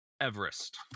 Everest